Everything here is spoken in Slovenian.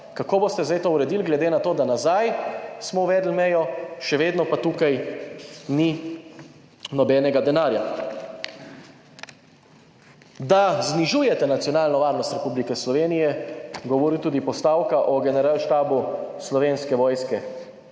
Kako boste zdaj to uredili glede na to, da smo nazaj uvedli mejo, še vedno pa tukaj ni nobenega denarja. Da znižujete nacionalno varnost Republike Slovenije govori tudi postavka o Generalštabu Slovenske vojske.